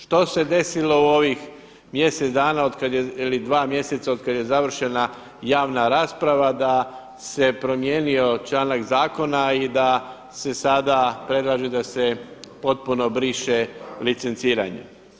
Što se desilo u ovih mjesec dana ili dva mjeseca od kad je završena javna rasprava da se promijenio članak zakona i da se sada predlaže da se potpuno briše licenciranje.